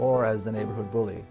or as the neighborhood bully